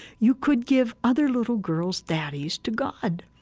you could give other little girls' daddies to god.